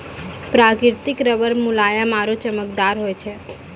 प्रकृतिक रबर मुलायम आरु चमकदार होय छै